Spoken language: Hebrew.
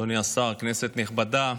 אדוני השר, כנסת נכבדה,